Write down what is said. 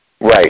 Right